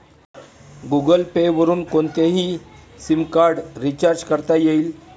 Google Pay वरुन कोणतेही sim card recharge करता येईल